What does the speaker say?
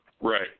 Right